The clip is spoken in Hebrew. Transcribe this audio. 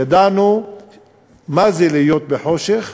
ידענו מה זה להיות בחושך,